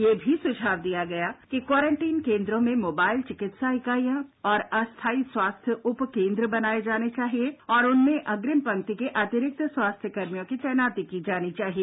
यह भी सुझाव दिया गया कि क्वारिटीन केंद्रो में मोबाइल चिकित्सा इकाइयां और अस्थायी स्वास्थ्य उप केंद्र बनाए जाने चाहिए और उनमें अग्निम पंक्ति के अतिरिक्त स्वास्थ्यकर्मियों की तैनाती की जानी चाहिए